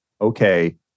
okay